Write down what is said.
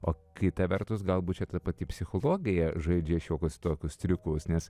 o kita vertus galbūt čia ta pati psichologija žaidžia šiokius tokius triukus nes